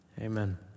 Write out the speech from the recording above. amen